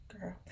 girl